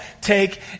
take